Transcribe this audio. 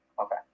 Okay